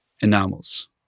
enamels